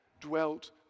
dwelt